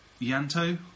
Yanto